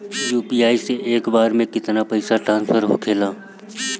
UPI से एक बार मे केतना पैसा ट्रस्फर होखे ला?